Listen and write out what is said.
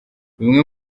bimwe